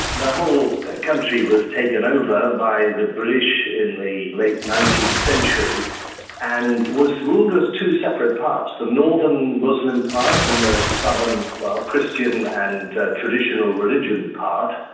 the whole country was taken over by the british in the late nineteenth century and was ruled as two separate parts, the northern muslim part and the southern christian and traditional religion part,